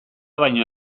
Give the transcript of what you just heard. baino